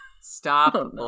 Stop